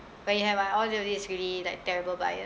where you have like all of these really like terrible buyers